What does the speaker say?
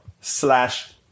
slash